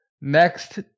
Next